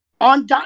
on